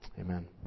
Amen